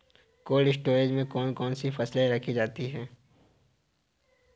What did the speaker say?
Cold storage में कौन कौन सी फसलें रखी जाती हैं?